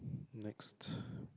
next